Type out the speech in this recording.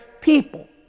people